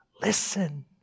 Listen